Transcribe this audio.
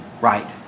right